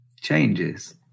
changes